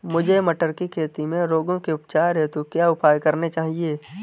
मुझे मटर की खेती में रोगों के उपचार हेतु क्या उपाय करने चाहिए?